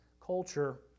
culture